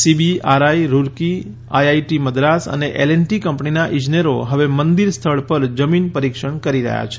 CBRI Roorkee IIT Madras અને L and T કંપનીના ઇજનેરો હવે મંદિર સ્થળ પર જમીન પરીક્ષણ કરી રહ્યા છે